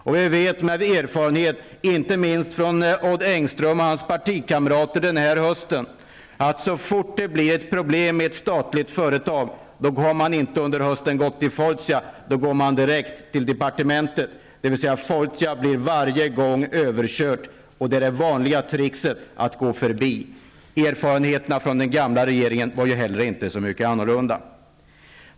Och vi vet av erfarenhet -- inte minst från Odd Engström och hans partikamrater den här hösten -- att man, så fort det uppstår ett problem i ett statligt företag, inte går till Fortia. Man går direkt till departementet. Fortia blir alltså varje gång överkört, det är det vanliga trickset att gå förbi. Erfarenheterna från den gamla regeringen var inte heller mycket annorlunda.